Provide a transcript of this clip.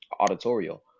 auditorial